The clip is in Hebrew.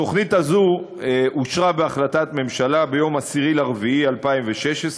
התוכנית הזאת אושרה בהחלטת הממשלה ביום 10 באפריל 2016,